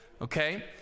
Okay